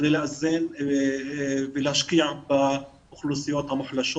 בכדי לאזן ולהשקיע באוכלוסיות המוחלשות